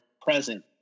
present